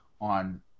on